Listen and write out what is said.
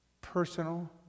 personal